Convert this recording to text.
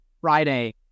Friday